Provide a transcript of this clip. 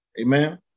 Amen